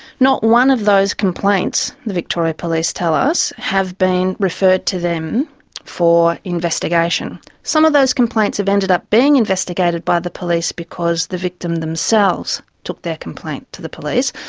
not one of those complaints, the victoria police tell us, have been referred to them for investigation. some of those complaints have ended up being investigated by the police because the victim themselves took their complaint to the police,